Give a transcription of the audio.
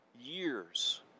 years